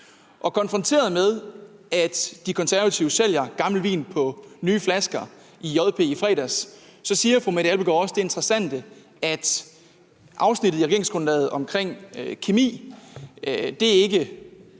konfronteret med, at De Konservative solgte gammel vin på nye flasker i Jyllands-Posten i fredags, siger fru Mette Abildgaard også det interessante, at afsnittet i regeringsgrundlaget om kemi ikke